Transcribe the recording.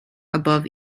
above